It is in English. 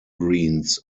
greens